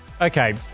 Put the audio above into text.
Okay